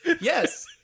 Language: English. Yes